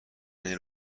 این